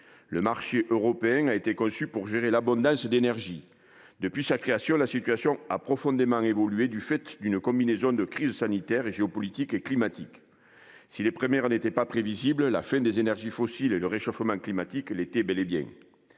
le marché européen a été conçu pour gérer l'abondance d'énergie. Depuis sa création, la situation a profondément évolué du fait d'une combinaison de crises sanitaire, géopolitique et climatique. Si les premières n'étaient pas prévisibles, la fin des énergies fossiles et le réchauffement climatique l'étaient bel et bien.